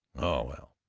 oh well